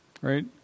Right